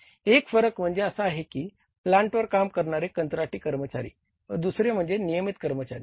एक फरक म्हणजे असा आहे की प्लांटवर काम करणारे कंत्राटी कर्मचारी व दुसरे म्हणजे नियमित कर्मचारी